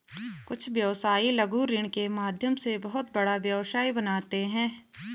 कुछ व्यवसायी लघु ऋण के माध्यम से बहुत बड़ा व्यवसाय बनाते हैं